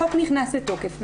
החוק נכנס לתוקף,